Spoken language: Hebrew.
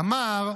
אמר: